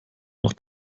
noch